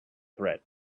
threat